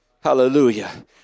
Hallelujah